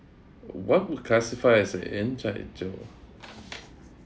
what would classify as an inside joke